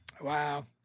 Wow